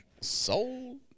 Sold